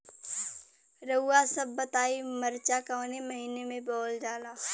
रउआ सभ बताई मरचा कवने महीना में बोवल जाला?